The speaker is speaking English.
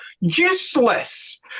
Useless